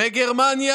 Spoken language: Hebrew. בלגיה,